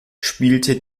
spielte